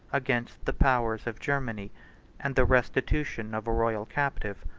against the powers of germany and the restitution of a royal captive,